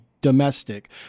domestic